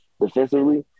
defensively